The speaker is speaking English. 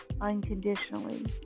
unconditionally